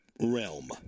realm